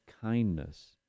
kindness